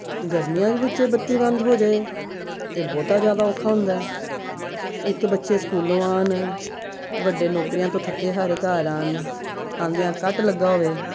ਗਰਮੀਆਂ ਦੇ ਵਿੱਚ ਜੇ ਬੱਤੀ ਬੰਦ ਹੋ ਜਾਵੇ ਤਾਂ ਬਹੁਤਾ ਜ਼ਿਆਦਾ ਔਖਾ ਹੁੰਦਾ ਹੈ ਇੱਕ ਬੱਚੇ ਸਕੂਲੋਂ ਆਉਣ ਵੱਡੇ ਨੌਕਰੀਆਂ ਤੋਂ ਥੱਕੇ ਹਾਰੇ ਘਰ ਆਉਣ ਆਉਂਦਿਆ ਕੱਟ ਲੱਗਾ ਹੋਵੇ